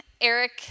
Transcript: Eric